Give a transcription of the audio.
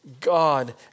God